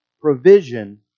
provision